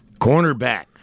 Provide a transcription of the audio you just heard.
Cornerback